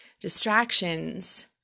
distractions